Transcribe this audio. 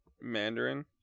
Mandarin